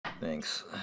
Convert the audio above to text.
Thanks